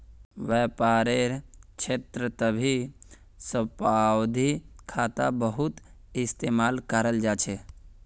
व्यापारेर क्षेत्रतभी सावधि खाता बहुत इस्तेमाल कराल जा छे